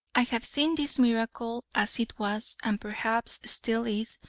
i have seen this miracle as it was, and perhaps still is,